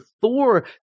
Thor